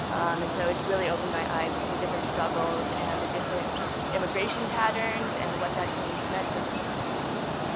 and so it's really opened my eyes to the different struggles and the different immigration patterns and what that's i mean meant for different communities.